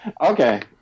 Okay